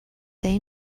they